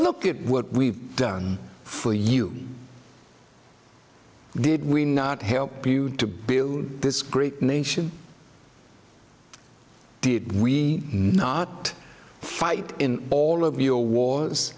look at what we've done for you did we not help you to build this great nation did we not fight in all of your wars